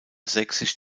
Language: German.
sächsisch